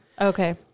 Okay